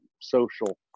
social